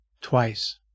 twice